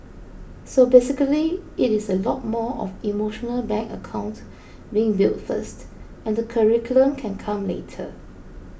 so basically it is a lot more of emotional bank account being built first and the curriculum can come later